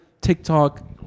TikTok